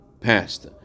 past